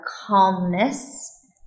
calmness